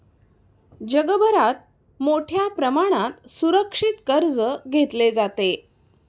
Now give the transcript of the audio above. जगभरात मोठ्या प्रमाणात सुरक्षित कर्ज घेतले जाते